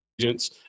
agents